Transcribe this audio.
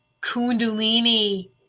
kundalini